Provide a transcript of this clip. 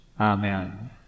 amen